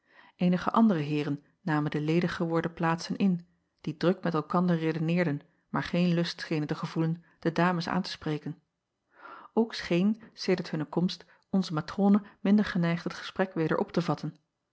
eenige andere eeren namen de ledig geworden plaatsen in die druk met elkander redeneerden maar geen lust schenen te gevoelen de dames aan te spreken ok scheen sedert hunne komst onze matrone minder geneigd het gesprek weder op te vatten